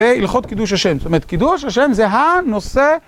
בהלכות קידוש ה' זאת אומרת קידוש ה' זה 'ה'נושא